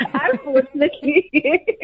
Unfortunately